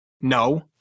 No